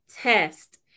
test